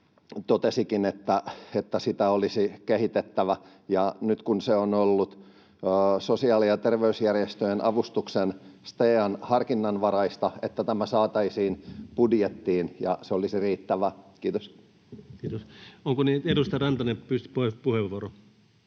totesikin, että sitä olisi kehitettävä. Nyt kun se on ollut Sosiaali- ja terveysjärjestöjen avustuskeskuksen, STEAn, harkinnanvaraista tukea, toivoisin, että tämä saataisiin budjettiin ja se olisi riittävä. — Kiitos. Kiitos. — Onko niin, edustaja Rantanen, että pyysitte puheenvuoron?